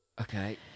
Okay